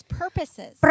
purposes